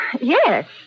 yes